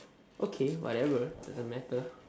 okay whatever doesn't matter